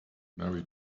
mary